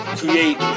create